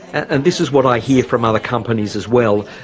and this is what i hear from other companies as well,